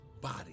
body